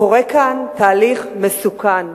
קורה כאן תהליך מסוכן.